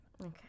Okay